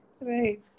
Right